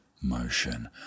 motion